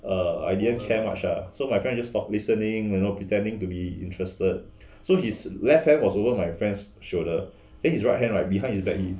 err I didn't care much ah so my friend just talked listening you know pretending to be interested so his left hand was over my friends shoulder then his right hand right behind his back he